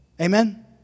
Amen